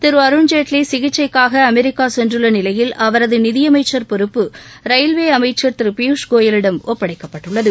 திரு அருண் ஜேட்லி சிகிச்சைக்காக அமெரிக்கா சென்றுள்ள நிலையில் அவரது நிதியமைச்சர் பொறுப்பு ரயில்வே அமைச்சர் கோயலிடம் திரு பியூஷ் ஒப்படைக்கப்பட்டுள்ளது